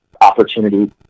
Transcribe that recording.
opportunity